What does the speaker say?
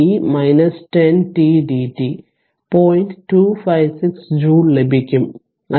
256 joule ലഭിക്കും